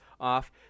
off